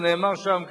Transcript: שנאמר שם,